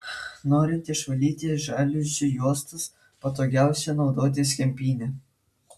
norint išvalyti žaliuzių juostas patogiausia naudotis kempine